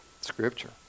scripture